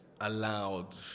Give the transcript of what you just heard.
allowed